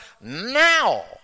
now